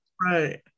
right